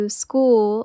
school